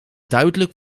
duidelijk